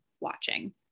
watching